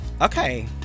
Okay